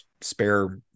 spare